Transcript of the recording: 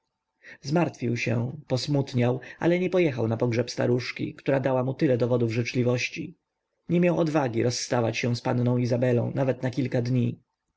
zmartwił się posmutniał ale nie pojechał na pogrzeb staruszki która dała mu tyle dowodów życzliwości nie miał odwagi rozstać się z panną izabelą nawet na kilka dni